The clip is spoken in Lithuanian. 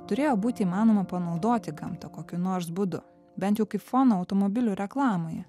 turėjo būti įmanoma panaudoti gamtą kokiu nors būdu bent jau kaip foną automobilių reklamoje